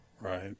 Right